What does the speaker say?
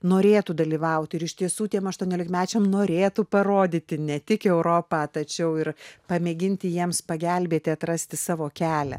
norėtų dalyvaut ir iš tiesų tiems aštuoniolikmečiam norėtų parodyti ne tik europą tačiau ir pamėginti jiems pagelbėti atrasti savo kelią